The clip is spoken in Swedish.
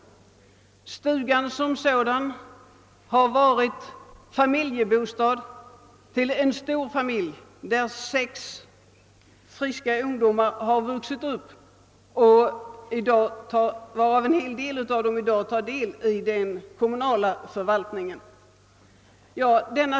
Stugan som sådan har varit bostad för en stor familj. Sex friska ungdomar har vuxit upp där och några av dem deltar i dag i den kommunala förvaltningen.